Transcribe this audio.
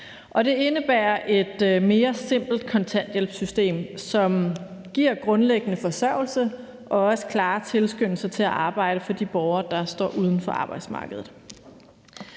Det indebærer et mere simpelt kontanthjælpssystem, som giver grundlæggende forsørgelse og også klare tilskyndelser til at arbejde for de borgere, der står uden for arbejdsmarkedet.